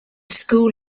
school